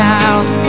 out